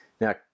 Now